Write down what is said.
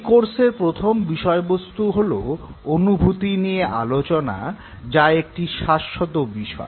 এই কোর্সের প্রথম বিষয়বস্তু হল অনুভূতি নিয়ে আলোচনা যা একটি শাশ্বত বিষয়